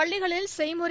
பள்ளிகளில் செய்முறை